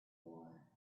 war